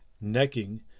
necking